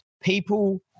people